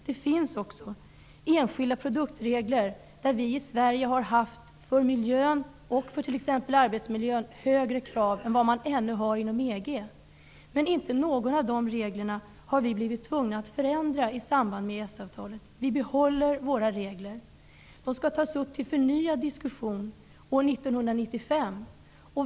Det finns också enskilda produktregler, där vi i Sverige har högre miljökrav, exempelvis när det gäller arbetsmiljön, än inom EG. Inte någon av dessa regler har Sverige blivit tvungen att förändra i och med EES-avtalet. I Sverige behåller vi våra regler. De skall tas upp till förnyad diskussion år 1995.